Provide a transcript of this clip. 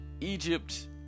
Egypt